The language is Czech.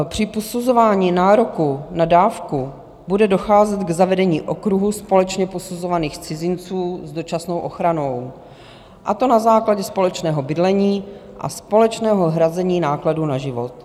Při posuzování nároku na dávku bude docházet k zavedení okruhu společně posuzovaných cizinců s dočasnou ochranou, a to na základě společného bydlení a společného hrazení nákladů na život.